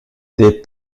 des